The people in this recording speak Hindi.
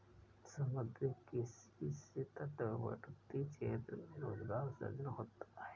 समुद्री किसी से तटवर्ती क्षेत्रों में रोजगार सृजन होता है